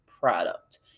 product